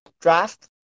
draft